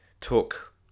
took